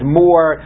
more